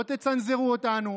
לא תצנזרו אותנו.